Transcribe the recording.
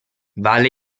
valle